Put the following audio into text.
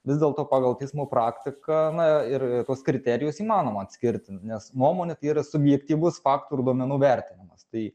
vis dėlto pagal teismo praktiką na ir ir tuos kriterijus įmanoma atskirti nes nuomonė tai yra subjektyvus faktų ir duomenų vertinimas tai